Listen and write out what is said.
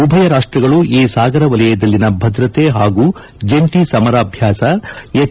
ಉಭೆಯ ರಾಷ್ಟ್ಗಳು ಈ ಸಾಗರ ವಲಯದಲ್ಲಿನ ಭದ್ರತೆ ಹಾಗೂ ಜಂಟಿ ಸಮರಾಭ್ಯಾಸ ಹೆಚ್